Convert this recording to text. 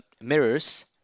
mirrors